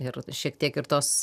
ir šiek tiek ir tos